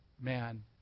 man